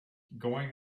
going